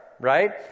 Right